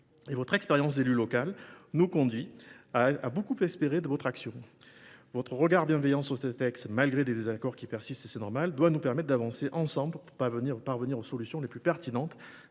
votre expérience d’élu local nous conduit à beaucoup espérer de votre action. Votre regard bienveillant sur ce texte, malgré des désaccords qui persistent – c’est normal –, doit nous permettre d’avancer ensemble pour parvenir aux solutions les plus pertinentes,